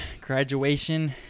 graduation